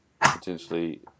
potentially